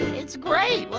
it's great,